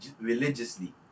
religiously